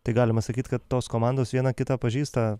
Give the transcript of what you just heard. tai galima sakyt kad tos komandos viena kitą pažįsta